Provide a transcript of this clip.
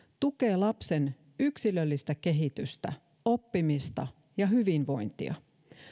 tukee lapsen yksilöllistä kehitystä oppimista ja hyvinvointia